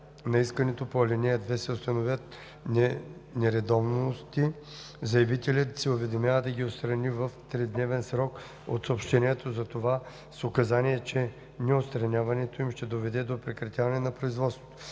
на искането по ал. 2 се установят нередовности, заявителят се уведомява да ги отстрани в тридневен срок от съобщението за това с указание, че неотстраняването им ще доведе до прекратяване на производството.